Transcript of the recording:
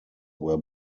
were